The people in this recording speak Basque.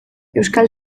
euskal